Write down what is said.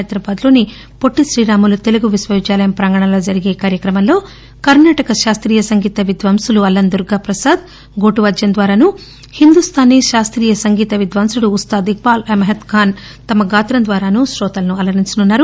హైదరాబాద్ లోని పొట్లి శ్రీరాములు తెలుగు విశ్వవిద్యాలయం ప్రాంగణం లో జరిగే ఈ కార్యక్రమం లో కర్నాటక శాస్త్రీయ సంగీత విద్వాంసులు అల్లం దుర్గా ప్రసాద్ గోటు వాద్యం ద్వారా హిందూస్తానీ శాస్తీయ సంగీత విద్వాంసులు ఉస్తాద్ ఇక్పాల్ అహ్మద్ ఖాస్ తమ గాత్రం ద్వారా శ్రోతలను అలరించనున్నారు